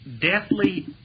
deathly